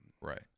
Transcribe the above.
right